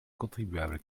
contribuables